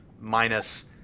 minus